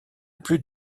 plus